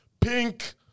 pink